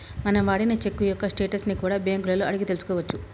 మనం వాడిన చెక్కు యొక్క స్టేటస్ ని కూడా బ్యేంకులలో అడిగి తెల్సుకోవచ్చు